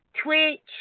Twitch